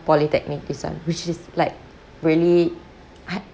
polytechnic this one which is like really